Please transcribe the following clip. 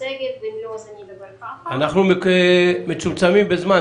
--- אנחנו מצומצמים בזמן.